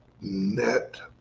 net